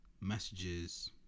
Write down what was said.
messages